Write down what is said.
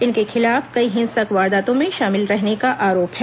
इनके खिलाफ कई हिंसक वारदातों में शामिल रहने का आरोप है